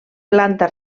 planta